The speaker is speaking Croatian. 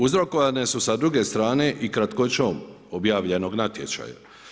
Uzrokovane su sa druge strane i kratkoćom objavljenog natječaja.